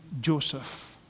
Joseph